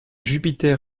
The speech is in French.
jupiter